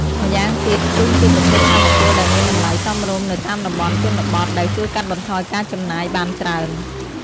ម្យ៉ាងទៀត ធ្យូងជាប្រភពថាមពលដែលមានតម្លៃសមរម្យនៅតាមតំបន់ជនបទដែលជួយកាត់បន្ថយការចំណាយបានច្រើន។